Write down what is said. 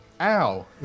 Ow